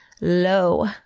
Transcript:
low